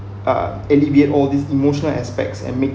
uh alleviate all these emotional aspects and make